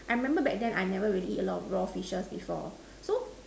I remember back then I never really eat a lot of raw fishes before so